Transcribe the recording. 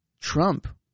Trump